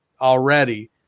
already